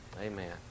Amen